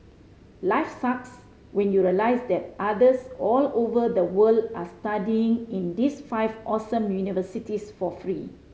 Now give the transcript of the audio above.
life sucks when you realise that others all over the world are studying in these five awesome universities for free